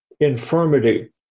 infirmity